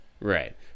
Right